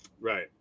Right